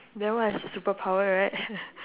then what is your superpower right